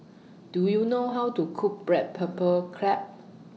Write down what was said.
Do YOU know How to Cook Black Pepper Crab